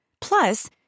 Plus